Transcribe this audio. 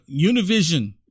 Univision